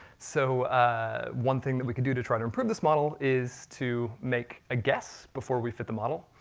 so one thing that we can do to try to improve this model, is to make a guess before we fit the model,